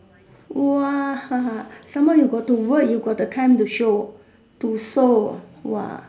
!whoa! some more you got to work you got the time to show to sew !whoa!